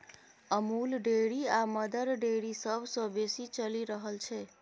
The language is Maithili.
अमूल डेयरी आ मदर डेयरी सबसँ बेसी चलि रहल छै